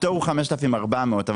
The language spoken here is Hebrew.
הפטור הוא 5,400 ₪,